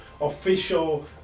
official